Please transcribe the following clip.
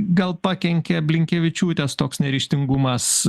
gal pakenkė blinkevičiūtės toks neryžtingumas